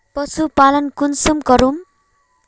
पशुपालन कुंसम करूम?